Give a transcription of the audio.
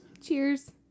cheers